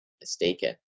mistaken